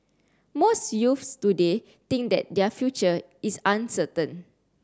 most youths today think that their future is uncertain